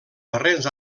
darrers